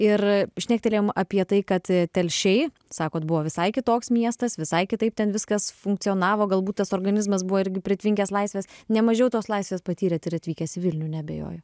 ir šnektelėjom apie tai kad telšiai sakot buvo visai kitoks miestas visai kitaip ten viskas funkcionavo galbūt tas organizmas buvo irgi pritvinkęs laisvės ne mažiau tos laisvės patyrėt ir atvykęs į vilnių neabejoju